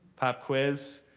pop quiz.